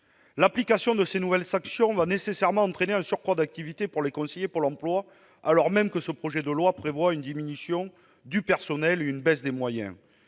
L'application de ces nouvelles sanctions va nécessairement entraîner un surcroît d'activité pour les conseillers de Pôle emploi, alors même que ce projet de loi prévoit une diminution du personnel et une baisse des moyens.